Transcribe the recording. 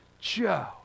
Joe